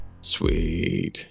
Sweet